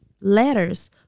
Letters